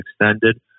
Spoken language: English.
extended